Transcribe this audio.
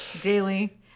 daily